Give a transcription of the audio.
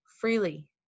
freely